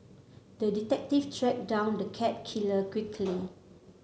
the detective tracked down the cat killer quickly